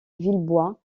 villebois